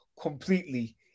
completely